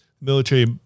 military